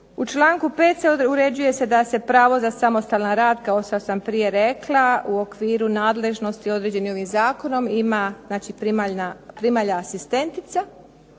U članku 5. uređuje se da se pravo za samostalan rad, kao što sam prije rekla, u okviru nadležnosti određenih ovim zakonom ima znači primalja asistentica,